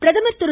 பிரதமர் திரு